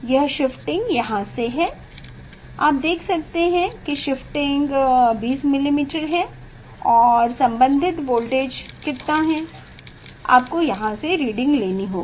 यह शिफ्टिंग यहां से हैं आप देख सकते हैं कि शिफ्टिंग 20 मिलीमीटर है और संबंधित वोल्टेज कितना है आपको यहां से रीडिंग लेनी होगी